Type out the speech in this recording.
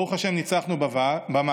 ברוך השם, ניצחנו במאבק,